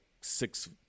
six